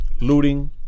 looting